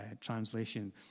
translation